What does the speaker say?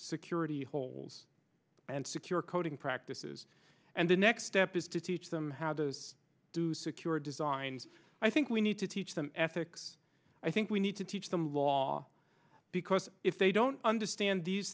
security holes and secure coding practices and the next step is to teach them how to do secure designs i think we need to teach them ethics i think we need to teach them law because if they don't understand these